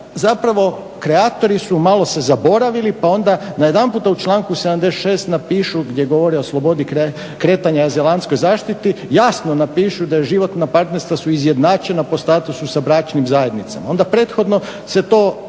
zapravo kreatori su malo se zaboravili pa onda najedanput u članku 76.napišu gdje govore o slobodi kretanja i azilantskoj zaštiti, jasno napišu da životna partnerstva su izjednačena po statusu sa bračnim zajednicama. Onda prethodno se nije